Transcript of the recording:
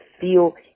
feel